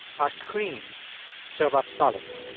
our screens serve up solace